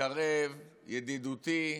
מקרב, ידידותי,